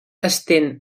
estén